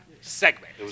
segment